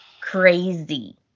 crazy